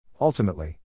Ultimately